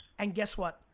and guess what?